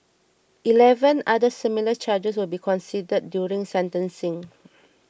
eleven other similar charges will be considered during sentencing